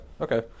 okay